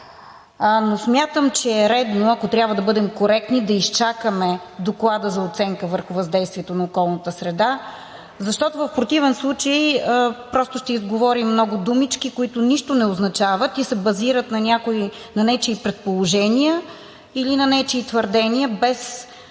Но смятам, че е редно, ако трябва да бъдем коректни, да изчакаме Доклада за оценка на въздействието върху околната среда. Защото в противен случай ще изговорим много думички, които нищо не означават и се базират на нечии предположения или на нечии твърдения, без